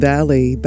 Valley